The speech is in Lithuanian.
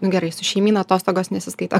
nu gerai su šeimyna atostogos nesiskaito